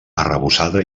arrebossada